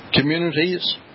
Communities